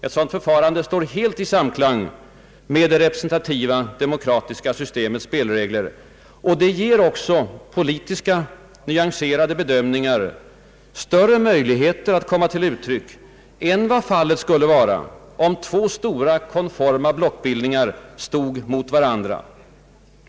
Ett sådant förfarande står helt i samklang med det representativa demokratiska systemets spelregler och det ger även nyanserade politiska bedömningar större möjligheter att komma till uttryck än fallet skulle vara om två stora konforma blockbildningar stod mot varandra.